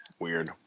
weird